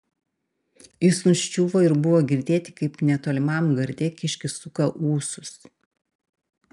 jis nuščiuvo ir buvo girdėti kaip netolimam garde kiškis suka ūsus